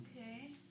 Okay